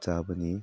ꯆꯥꯕꯅꯤ